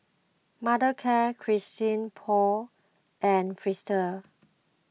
Mothercare Christian Paul and Fristine